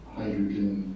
hydrogen